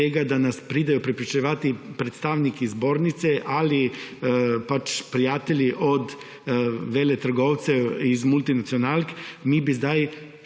da nas pridejo prepričevat predstavniki zbornice ali prijatelji veletrgovcev iz multinacionalk, namesto da